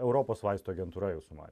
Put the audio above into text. europos vaistų agentūra jūsų manymu